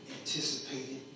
anticipated